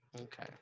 Okay